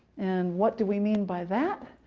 and what do we mean by that?